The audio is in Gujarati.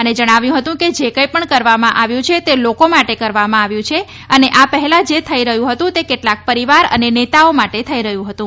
તેમણે જણાવ્યું હતું કે જે કંઇપણ કરવામાં આવ્યું છે તે લોકો માટે કરવામાં આવ્યું છે અને આ પહેલા જે થઇ રહ્યું હતું તે કેટલાંક પરિવાર અને નેતાઓ માટે થઇ રહ્યું હતું